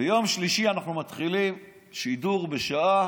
ביום שלישי אנחנו מתחילים שידור בשעה